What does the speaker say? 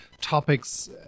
topics